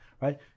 right